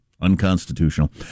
unconstitutional